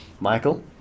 Michael